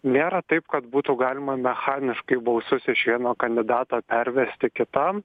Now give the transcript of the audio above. nėra taip kad būtų galima mechaniškai balsus iš vieno kandidato pervesti kitam